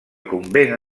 convent